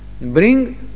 Bring